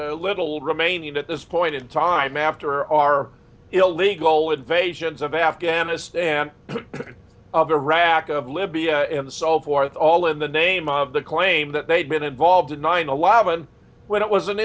the little remaining at this point in time after our illegal invasions of afghanistan of the rack of libya and so forth all in the name of the claim that they'd been involved in nine eleven when it was an